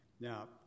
Now